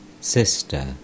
Sister